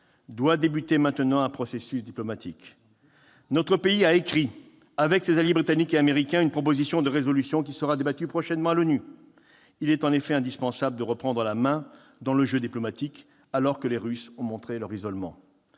Doit débuter maintenant un processus diplomatique. Notre pays a écrit, avec ses alliés britanniques et américains, une proposition de résolution qui sera débattue prochainement à l'ONU. Il est en effet indispensable de reprendre la main dans le jeu diplomatique, alors que les Russes ont montré leur isolement.